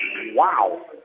Wow